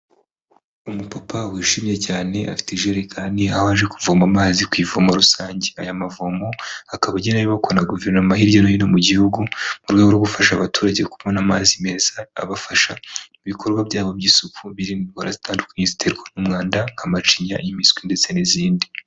Umupapa wishimye cyane afite ijerekani aho abaje kuvoma amazi ku ivomo rusange aya mavomo akaba agirayo bakora na guverinoma hirya no hino mu gihugu mu rwego rwo gufasha abaturage kubona amazi meza abafasha ibikorwa byabo by'isuku biririmo indwara zitandukanye ziterwa n'umwanda, akamacinya, impiswi ndetse n'izindi.